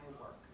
work